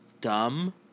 dumb